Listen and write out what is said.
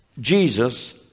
Jesus